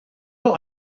not